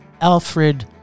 Alfred